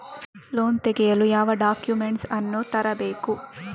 Loan ತೆಗೆಯಲು ಯಾವ documents ಅನ್ನು ತರಬೇಕು?